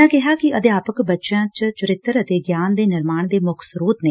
ਉਨ੍ਹਾਂ ਕਿਹਾ ਕਿ ਅਧਿਆਪਕ ਬੱਚਿਆਂ ਚ ਚਰਿੱਤਰ ਅਤੇ ਗਿਆਨ ਦੇ ਨਿਰਮਾਣ ਦੇ ਮੁੱਖ ਸਰੋਤ ਨੇ